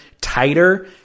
tighter